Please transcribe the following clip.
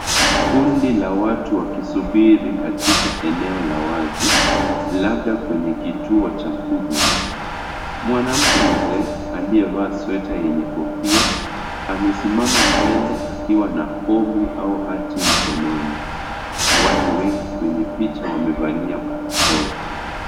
Kundi la watu wakisubiri katika eneo la wazi, labda kwenye kituo cha huduma, mwanamke mzee, aliye vaa (cs)sweater(cs) yenye kofia, amesimama mbele akiwa na fomu au hati mkononi, watu wengi kwenye picha wamevalia barakoa.